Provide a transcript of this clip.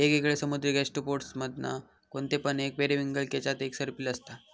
येगयेगळे समुद्री गैस्ट्रोपोड्स मधना कोणते पण एक पेरिविंकल केच्यात एक सर्पिल असता